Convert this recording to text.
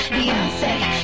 Beyonce